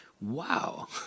wow